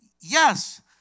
yes